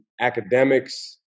academics